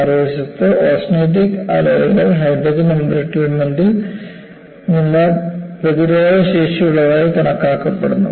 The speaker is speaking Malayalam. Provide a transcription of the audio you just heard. മറുവശത്ത് ഓസ്റ്റെനിറ്റിക് അലോയ്കൾ ഹൈഡ്രജൻ എംബ്രിറ്റ്മെന്റ് ഇൽ നിന്ന് പ്രതിരോധശേഷിയുള്ളതായി കണക്കാക്കപ്പെടുന്നു